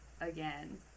again